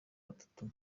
batatu